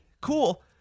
Cool